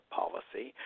policy